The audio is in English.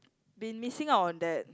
been missing out on that